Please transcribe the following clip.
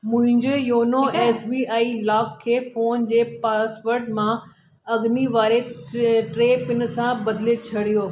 मुंहिंजे YONO S B I lock खे phone जे पासवर्ड मां अग्नि वारे त्रे टे पिन सां बदिले छॾियो